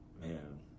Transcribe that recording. man